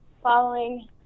Following